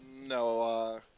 No